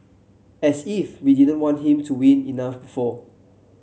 as if we didn't want him to win enough before